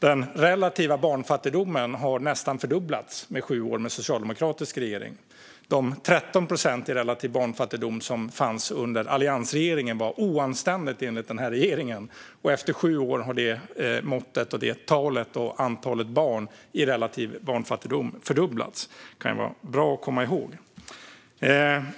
Den relativa barnfattigdomen har nästan fördubblats under sju år med en socialdemokratisk regering. Den relativa barnfattigdom på 13 procent som rådde under alliansregeringen var oanständig, enligt den här regeringen, men efter sju år har antalet barn i relativ barnfattigdom fördubblats. Detta kan vara bra att komma ihåg.